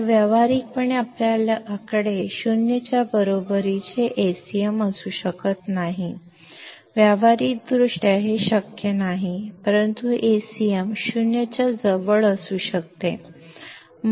तर व्यावहारिकपणे आपल्याकडे 0 च्या बरोबरीने Acm असू शकत नाही व्यावहारिकदृष्ट्या हे शक्य नाही परंतु Acm 0 च्या जवळ असू शकते